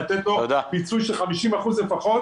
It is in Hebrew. לתת לו פיצוי של 50% לפחות.